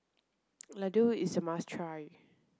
Laddu is a must try